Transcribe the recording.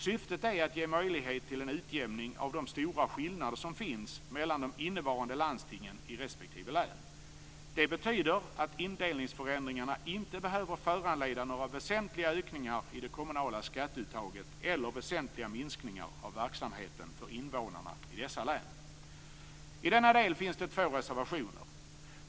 Syftet är att ge möjlighet till en utjämning av de stora skillnader som finns mellan de innevarande landstingen i respektive län. Det betyder att indelningsförändringarna inte behöver föranleda några väsentliga ökningar i det kommunala skatteuttaget eller väsentliga minskningar av verksamheten för invånarna i dessa län. I denna del finns två reservationer.